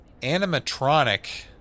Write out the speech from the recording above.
animatronic